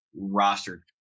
roster